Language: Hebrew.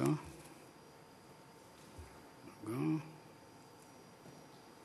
חוק כלי הירייה (תיקון מס' 17),